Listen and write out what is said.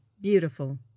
beautiful